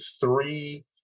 three